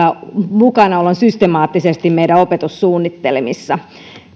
mukanaolon systemaattisesti meidän opetussuunnitelmissamme